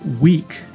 week